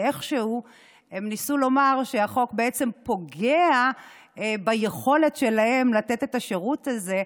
איכשהו הם ניסו לומר שהחוק פוגע ביכולת שלהם לתת את השירות הזה,